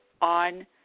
on